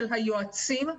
של היועצים,